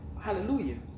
Hallelujah